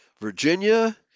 Virginia